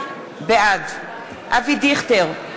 בעד אבי דיכטר,